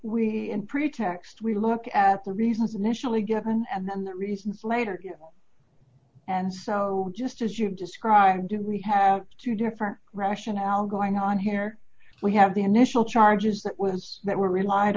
in pretext we look at the reasons initially and the reasons later and so just as you've described we have two different rationale going on here we have the initial charges that was that were relied